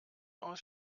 aus